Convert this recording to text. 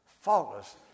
faultless